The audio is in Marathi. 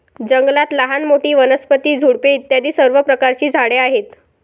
जंगलात लहान मोठी, वनस्पती, झुडपे इत्यादी सर्व प्रकारची झाडे आहेत